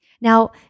Now